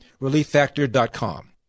relieffactor.com